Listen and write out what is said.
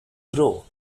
grow